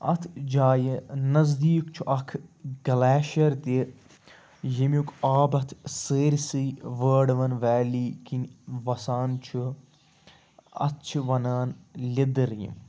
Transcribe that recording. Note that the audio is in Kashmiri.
اَتھ جایہِ نزدیٖک چھُ اکھ گِلٮ۪شَر تہِ ییٚمیُک آب اَتھ سٲرسٕے وٲڈوَن وٮ۪لی کُن وَسان چھُ اَتھ چھُ وَنان لٮ۪دٔر یہِ